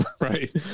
right